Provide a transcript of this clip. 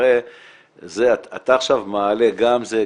אתה עכשיו מגלה גם זה,